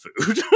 food